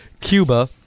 Cuba